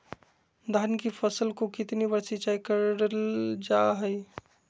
धान की फ़सल को कितना बार सिंचाई करल जा हाय?